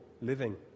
living